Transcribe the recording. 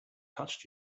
touched